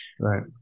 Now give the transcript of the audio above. Right